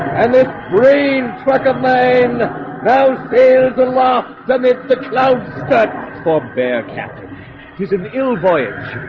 and this green truck of mine now sales allah than it's the cloud stud forbear captain he's an ill voyage.